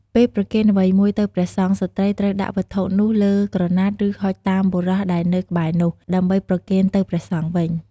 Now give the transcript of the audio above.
ពេលប្រគេនអ្វីមួយទៅព្រះសង្ឃ ស្ត្រីត្រូវដាក់វត្ថុនោះលើក្រណាត់ ឬ ហុចតាមបុរសដែលនៅក្បែរនោះ ដើម្បីប្រគេនទៅព្រះសង្ឃវិញ។